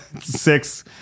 six